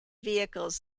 vehicles